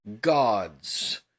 gods